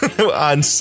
On